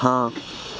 हाँ